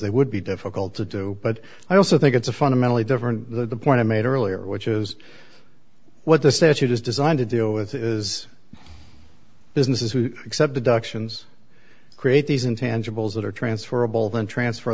they would be difficult to do but i also think it's a fundamentally different the point i made earlier which is what the statute is designed to deal with is businesses who accept the doctrines create these intangibles that are transferable then transfer